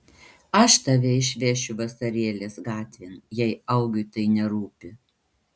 aš tave išvešiu vasarėlės gatvėn jei augiui tai nerūpi